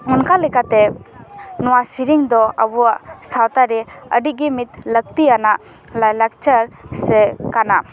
ᱚᱱᱠᱟ ᱞᱮᱠᱟᱛᱮ ᱱᱚᱣᱟ ᱥᱮᱨᱮᱧ ᱫᱚ ᱟᱵᱚᱣᱟᱜ ᱥᱟᱶᱛᱟ ᱨᱮ ᱟᱹᱰᱤ ᱜᱮ ᱢᱤᱫ ᱞᱟᱹᱠᱛᱤᱭᱟᱱᱟᱜ ᱞᱟᱭ ᱞᱟᱠᱪᱟᱨ ᱥᱮ ᱠᱟᱱᱟ